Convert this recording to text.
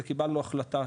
זה קיבלנו החלטה,